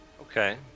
Okay